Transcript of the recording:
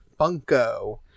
Funko